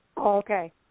Okay